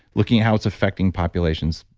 looking at how it's affecting populations.